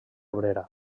obrera